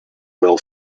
well